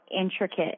intricate